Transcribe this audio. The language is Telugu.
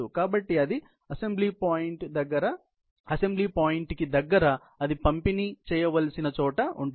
కాబట్టి అది ఆ అసెంబ్లీ పాయింట్ కి దగ్గర అది పంపిణీ చేయవలసిన చోటఉంటుంది